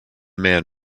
man